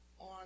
on